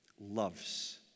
loves